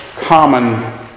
common